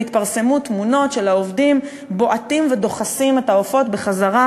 והתפרסמו תמונות של העובדים בועטים ודוחסים את העופות בחזרה